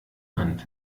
hand